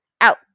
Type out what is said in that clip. out